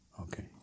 Okay